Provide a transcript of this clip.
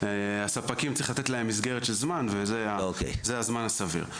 הספקים צריכים לתת להם מסגרת של זמן וזה הזמן הסביר.